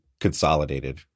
consolidated